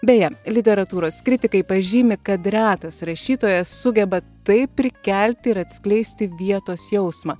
beje literatūros kritikai pažymi kad retas rašytojas sugeba taip prikelti ir atskleisti vietos jausmą